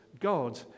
God